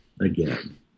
again